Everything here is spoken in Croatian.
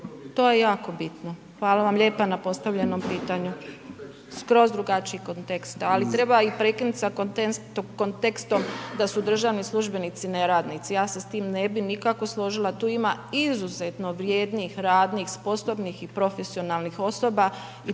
to je jako bitno, hvala vam lijepa na postavljenom pitanju, skroz drugačiji kontekst ali treba i prekinuti sa kontekstom da su državni službenici neradnici, ja se s tim ne bi nikako složila, tu ima izuzetno vrijednih, radnih, sposobnih i profesionalnih osoba